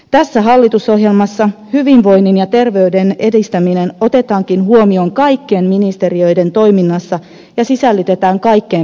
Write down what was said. tässä hallitusohjelmassa hyvinvoinnin ja terveyden edistäminen otetaankin huomioon kaikkien ministeriöiden toiminnassa ja sisällytetään kaikkeen päätöksentekoon